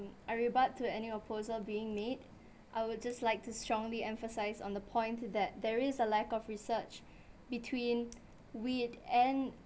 I rebut to any opposes being made I would just like to strongly emphasise on the point that there is a lack of research between weed and